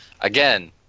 Again